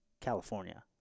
California